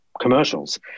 commercials